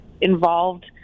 involved